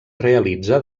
realitza